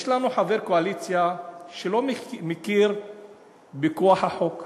יש לנו חבר קואליציה שלא מכיר בכוח החוק,